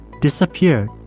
disappeared